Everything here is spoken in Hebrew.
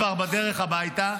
כבר בדרך הביתה.